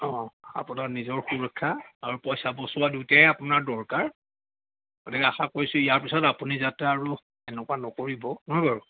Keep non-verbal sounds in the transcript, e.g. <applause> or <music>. অ আপোনাৰ নিজৰ সুৰক্ষা আৰু পইচা বচোৱা দুয়োটাই আপোনাৰ দৰকাৰ গতিকে আশা কৰিছোঁ ইয়াৰ পিছত আপুনি যাতে আৰু এনেকুৱা নকৰিব <unintelligible> বাৰু